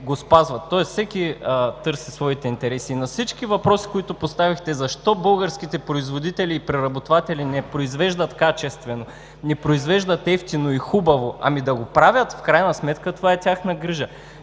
Тоест, всеки търси своите интереси. На всички въпроси, които поставихте: защо българските производители и преработватели не произвеждат качествено, не произвеждат евтино и хубаво – ами, да го правят! В крайна сметка това е тяхна грижа.